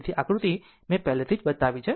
તેથી આકૃતિ મેં પહેલેથી જ બતાવી છે